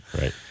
Right